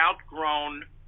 outgrown